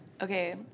Okay